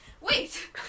Wait